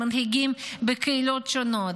למנהיגים בקהילות שונות,